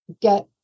get